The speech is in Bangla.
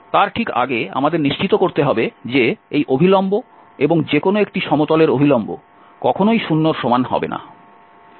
তার ঠিক আগে আমাদের নিশ্চিত করতে হবে যে এই অভিলম্ব এবং যেকোনো একটি সমতলের অভিলম্ব কখনই 0 এর সমান হবে না